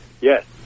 yes